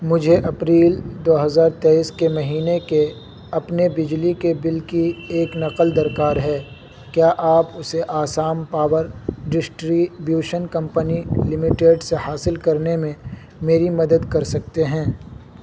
مجھے اپریل دو ہزار تیئیس کے مہینے کے اپنے بجلی کے بل کی ایک نقل درکار ہے کیا آپ اسے Assam power distribution company limited سے حاصل کرنے میں میری مدد کر سکتے ہیں